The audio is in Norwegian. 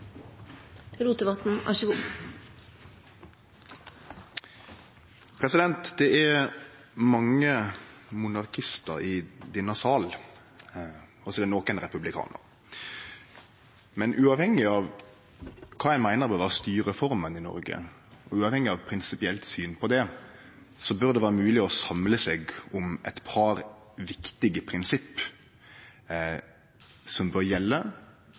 men uavhengig av kva ein meiner bør vere styreforma i Noreg, og uavhengig av det prinsipielle synet på det, bør det vere mogleg å samle seg om eit par viktige prinsipp som bør gjelde